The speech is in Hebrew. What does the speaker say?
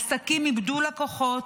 עסקים איבדו לקוחות,